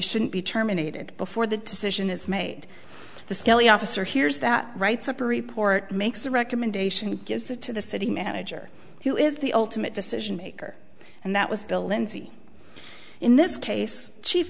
shouldn't be terminated before the decision is made the skelly officer hears that writes up or report makes a recommendation gives the to the city manager who is the ultimate decision maker and that was bill lindsay in this case chief